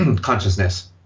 Consciousness